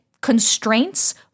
constraints